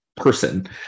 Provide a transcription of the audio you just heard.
person